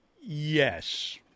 Yes